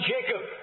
Jacob